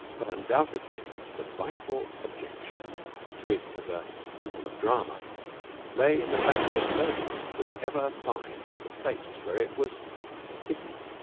but undoubtedly the vital objection to it as a temple of drama lay in the fact that nobody could ever find the place where it was hidden.